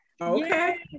Okay